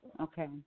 Okay